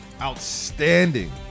outstanding